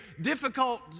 difficult